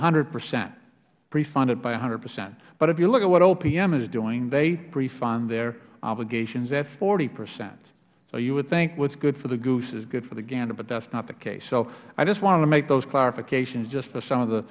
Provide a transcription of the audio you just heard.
hundred percent pre fund it by one hundred percent but if you look at what opm is doing they pre fund their obligations at forty percent so you would think what is good for the goose is good for the gander but that is not the case so i just wanted to make those clarifications just for some of the